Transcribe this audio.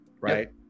right